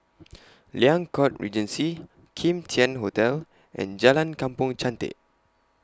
Liang Court Regency Kim Tian Hotel and Jalan Kampong Chantek